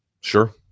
Sure